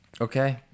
Okay